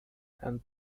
and